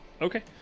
Okay